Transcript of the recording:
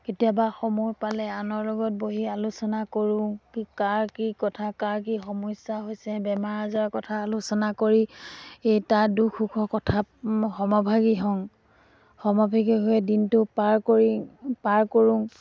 কেতিয়াবা সময় পালে আনৰ লগত বহি আলোচনা কৰোঁ কি কাৰ কি কথা কাৰ কি সমস্যা হৈছে বেমাৰ আজাৰৰ কথা আলোচনা কৰি এই তাৰ দুখ সুখৰ কথাত সমভাগী হওঁ সমভাগী হৈ দিনটো পাৰ কৰি পাৰ কৰোঁ